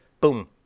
Boom